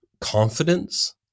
confidence